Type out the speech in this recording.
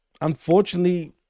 unfortunately